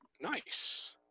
Nice